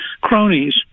cronies